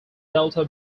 delta